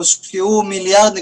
הושקעו 1.3 מיליארד,